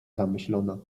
zamyślona